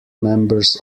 members